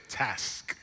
task